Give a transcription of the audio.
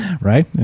right